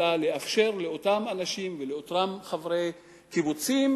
אלא לאפשר לאותם אנשים ולאותם חברי קיבוצים